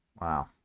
Wow